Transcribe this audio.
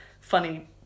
funny